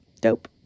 dope